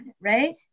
right